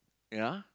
ya